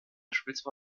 bspw